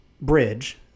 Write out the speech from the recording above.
bridge